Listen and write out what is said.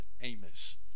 Amos